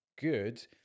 good